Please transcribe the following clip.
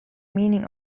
meaning